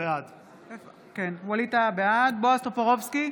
בעד בועז טופורובסקי,